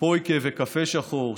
פויקה וקפה שחור,